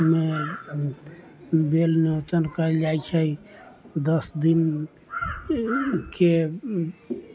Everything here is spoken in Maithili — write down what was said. बेल नौतल कैल जाइ छै दस दिनके